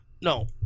No